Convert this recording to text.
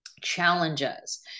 challenges